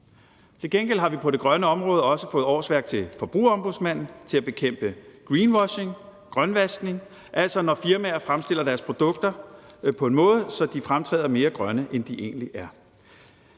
Til gengæld har vi på det grønne område også fået årsværk til forbrugerombudsmanden, til at bekæmpe greenwashing, grønvaskning, altså når firmaer fremstiller deres produkter på en måde, så de fremtræder mere grønne, end de egentlig er.